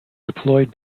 deployed